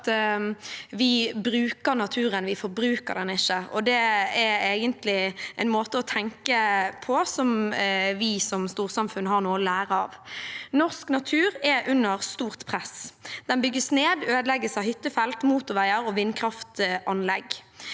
vi bruker naturen, vi forbruker den ikke. Det er egentlig en måte å tenke på som vi som storsamfunn har noe å lære av. Norsk natur er under stort press. Den bygges ned, ødelegges av hyttefelt, motorveier og vindkraftanlegg.